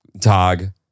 Tag